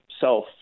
self